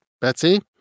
Betsy